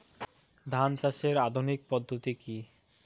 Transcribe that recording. ধান চাষের আধুনিক পদ্ধতি কি?